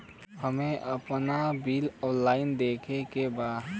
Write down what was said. हमे आपन bill online देखे के बा?